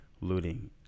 looting